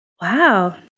Wow